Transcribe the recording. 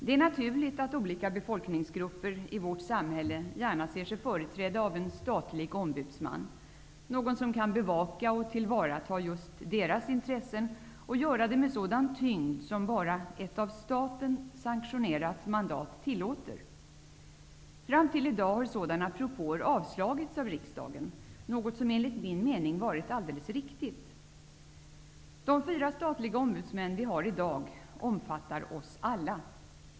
Det är naturligt att olika befolkningsgrupper i vårt samhälle gärna ser sig företrädda av en statlig ombudsman, dvs. någon som kan bevaka och tillvarata just deras intressen och göra det med sådan tyngd som bara ett av staten sanktionerat mandat tillåter. Fram till i dag har sådana propåer avslagits av riksdagen -- något som enligt min mening varit alldeles riktigt. De fyra statliga ombudsmän vi har i dag omfattar oss alla.